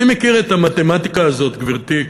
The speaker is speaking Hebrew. אני מכיר את המתמטיקה הזאת, גברתי.